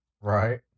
Right